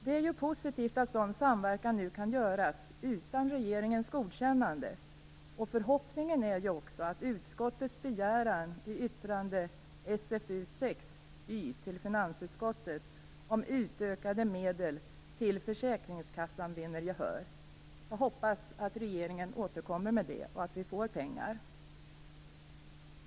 Det är ju positivt att sådan samverkan nu kan göras utan regeringens godkännande, och förhoppningen är också att utskottets begäran i yttrande SfU6y till finansutskottet om utökade medel till försäkringskassan vinner gehör. Jag hoppas att regeringen återkommer med det och att vi får pengar.